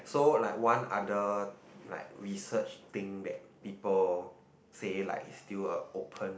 so like one other like research thing that people say like its still uh open